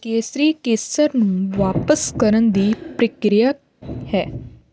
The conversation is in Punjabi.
ਕੇਸਰੀ ਕੇਸਰ ਨੂੰ ਵਾਪਸ ਕਰਨ ਦੀ ਪ੍ਰਕਿਰਿਆ ਕੀ ਹੈ